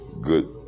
good